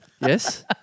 Yes